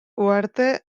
uharte